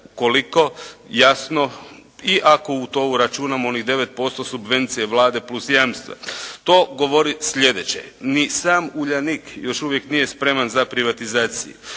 koliko jasno. I ako u to uračunamo onih 9% subvencije Vlade plus jamstva to govori sljedeće: ni sam Uljanik još uvijek nije spreman za privatizaciju.